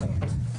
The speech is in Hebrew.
המערכת.